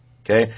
Okay